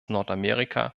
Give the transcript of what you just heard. nordamerika